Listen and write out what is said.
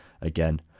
again